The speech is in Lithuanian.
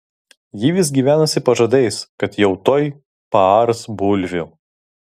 ji vis gyvenusi pažadais kad jau tuoj paars bulvių